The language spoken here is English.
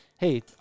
hey